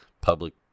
public